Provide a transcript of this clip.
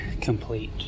complete